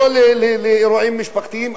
לא לאירועים משפחתיים,